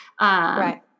Right